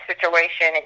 situation